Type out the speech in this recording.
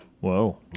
Whoa